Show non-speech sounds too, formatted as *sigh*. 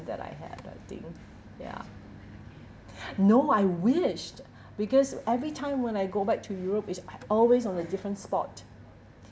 that I had I think ya *breath* no I wished because every time when I go back to europe it's always on a different spot